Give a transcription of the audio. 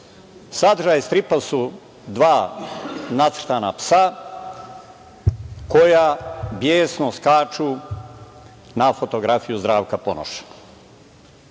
Sadržaj stripa su dva nacrtana psa koja besno skaču na fotografiju Zdravka Ponoša. Rečnik